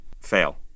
Fail